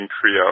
trio